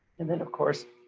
and then, of course,